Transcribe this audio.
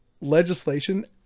legislation